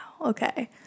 okay